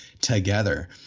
together